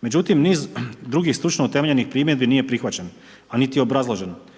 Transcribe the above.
Međutim, niz drugih stručno utemeljenih primjedbi nije prihvaćeno, a niti obrazloženo.